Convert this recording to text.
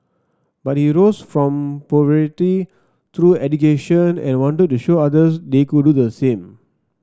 but he rose from poverty through education and wanted to show others they could do the same